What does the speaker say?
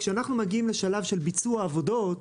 כשאנחנו מגיעים לשלב של ביצוע עבודות,